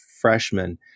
freshman